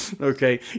okay